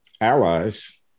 allies